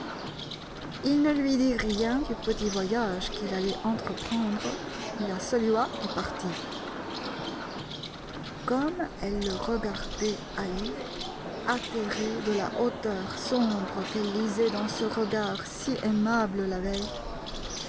il ne lui dit rien du petit voyage qu'il allait entreprendre la salua et partit comme elle le regardait aller atterrée de la hauteur sombre qu'elle lisait dans ce regard si aimable la veille